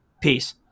Peace